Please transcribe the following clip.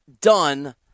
done